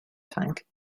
tank